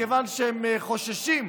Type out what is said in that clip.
מכיוון שהם חוששים.